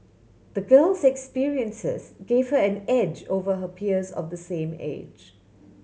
the girl's experiences gave her an edge over her peers of the same age